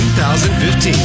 2015